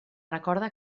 recorda